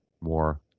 more